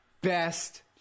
best